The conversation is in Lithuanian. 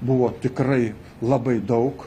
buvo tikrai labai daug